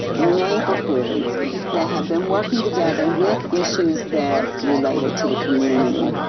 neighborhoods that have been working together with issues that related to the community.